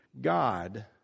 God